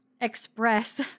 express